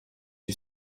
you